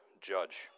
judge